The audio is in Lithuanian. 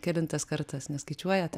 kelintas kartas neskaičiuojate